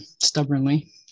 stubbornly